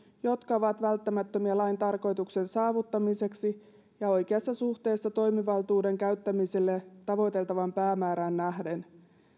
jotka ovat välttämättömiä lain tarkoituksen saavuttamiseksi ja oikeassa suhteessa toimivaltuuden käyttämiselle tavoiteltavaan päämäärään nähden